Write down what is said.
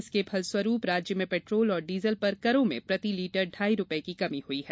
इसके फलस्वरूप राज्य में पेट्रोल और डीजल पर करों में प्रति लीटर ढाई रूपये की कमी हुई है